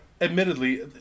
Admittedly